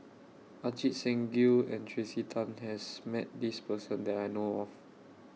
Ajit Singh Gill and Tracey Tan has Met This Person that I know of